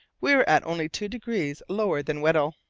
we were at only two degrees lower than weddell.